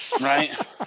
Right